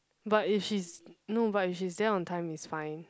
but if she's no but if she's there on time it's fine